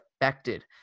affected